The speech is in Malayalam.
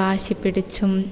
വാശി പിടിച്ചും